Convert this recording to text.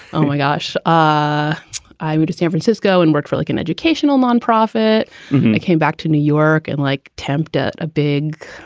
oh, my gosh. ah i moved to san francisco and worked for like an educational nonprofit. i came back to new york and like temped at a big,